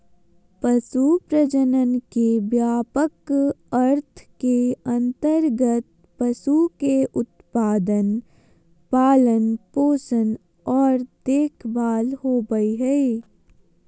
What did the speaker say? पशु प्रजनन के व्यापक अर्थ के अंतर्गत पशु के उत्पादन, पालन पोषण आर देखभाल होबई हई